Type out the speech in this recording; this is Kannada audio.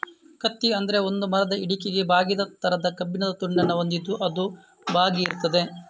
ಕತ್ತಿ ಅಂದ್ರೆ ಒಂದು ಮರದ ಹಿಡಿಕೆಗೆ ಬಾಗಿದ ತರದ ಕಬ್ಬಿಣದ ತುಂಡನ್ನ ಹೊಂದಿದ್ದು ಅದು ಬಾಗಿ ಇರ್ತದೆ